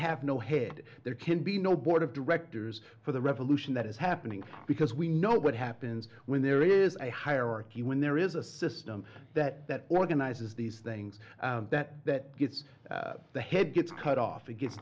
have no head there can be no board of directors for the revolution that is happening because we know what happens when there is a hierarchy when there is a system that organizes these things that that gets at the head gets cut off it gets